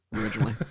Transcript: originally